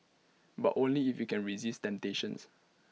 but only if you can resist temptations